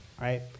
Right